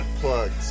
plugs